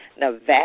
Nevada